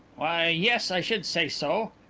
why, yes, i should say so.